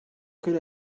could